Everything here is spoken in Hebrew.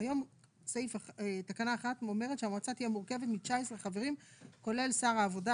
היום תקנה 1 אומרת שהמועצה תהיה מורכבת מ-19 חברים כולל שר העבודה,